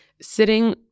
sitting